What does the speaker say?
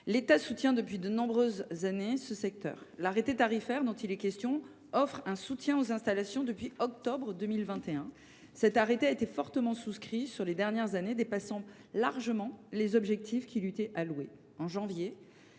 L’État soutient depuis de nombreuses années ce secteur. L’arrêté tarifaire dont il est question ici offre un soutien aux installations depuis octobre 2021 et il a été fortement souscrit sur les dernières années, dépassant largement les objectifs qui lui étaient fixés.